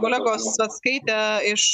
kolegos atskaitę iš